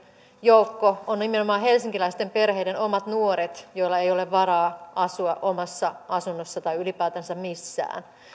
joukko on nimenomaan helsinkiläisten perheiden omat nuoret joilla ei ole varaa asua omassa asunnossa tai ylipäätänsä missään